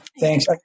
Thanks